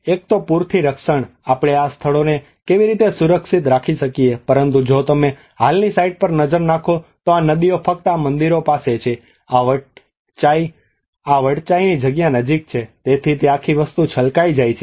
એક તો પૂરથી રક્ષણ છે આપણે આ સ્થળોને કેવી રીતે સુરક્ષિત રાખી શકીએ છીએ પરંતુ જો તમે આ હાલની સાઇટ પર નજર નાખો તો આ નદીઓ ફક્ત આ મંદિરો પાસે છે આ વટ ચાઇની જગ્યા નજીક છે તેથી તે આખી વસ્તુ છલકાઇ જાય છે